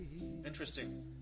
Interesting